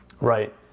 Right